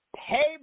pay